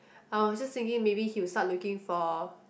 I was just thinking maybe he will start looking for